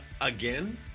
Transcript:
Again